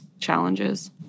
challenges